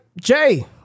Jay